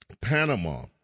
Panama